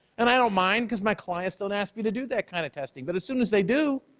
and i don't mind cause my clients don't ask me to do that kind of testing but as soon as they do,